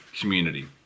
community